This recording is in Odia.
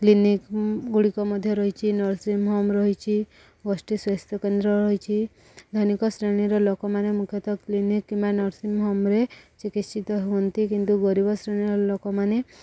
କ୍ଲିନିକଗୁଡ଼ିକ ମଧ୍ୟ ରହିଛି ନର୍ସିଂ ହୋମ୍ ରହିଛି ଗୋଷ୍ଠୀ ସ୍ୱାସ୍ଥ୍ୟ କେନ୍ଦ୍ର ରହିଛି ଧନିକ ଶ୍ରେଣୀର ଲୋକମାନେ ମୁଖ୍ୟତଃ କ୍ଲିନିକ୍ କିମ୍ବା ନର୍ସିଂ ହୋମରେ ଚିକିତ୍ସିତ ହୁଅନ୍ତି କିନ୍ତୁ ଗରିବ ଶ୍ରେଣୀର ଲୋକମାନେ